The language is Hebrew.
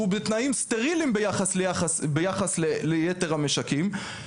שהוא בתנאים סטריליים ביחס ליתר המשקים,